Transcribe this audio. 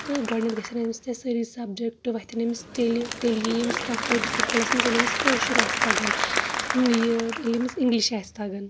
تہٕ گۄڈنٮ۪تھ گژھَن أمِس تَتہِ سأری سبجکٹ وتھنۍ أمِس تیٚلہِ تیٚلہِ یی أمِس کانٛہہ فأیِدٕ سکوٗلس منٛز ییٚلہِ أمِس کأشُر آسہِ تگان ییٚلہِ أمِس اِنگلِش آسہِ تگان